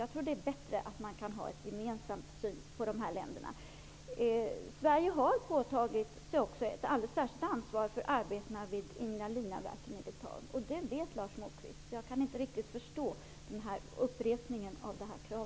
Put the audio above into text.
Jag tror att det är bättre om man kan ha en gemensam syn på de baltiska länderna. Sverige har ett alldeles särskilt och påtagligt ansvar för arbetena vid Ignalinaverket i Litauen, och det vet Lars Moquist. Så jag kan inte riktigt förstå upprepandet av detta krav.